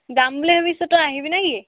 যাম বুলি ভাবিছোঁ তই আহিবিনে কি